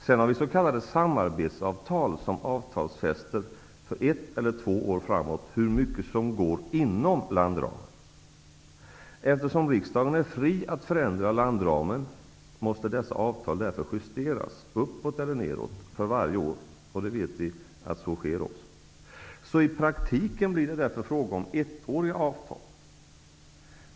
Vidare har vi s.k. samarbetsavtal, som avtalsfäster för ett eller två år framåt hur mycket som går inom landramen. Eftersom riksdagen är fri att förändra landramen, måste dessa avtal justeras -- uppåt eller nedåt -- för varje år, och vi vet att så sker också. Så i praktiken blir det därför fråga om ettåriga avtal.